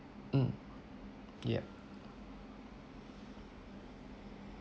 mm yup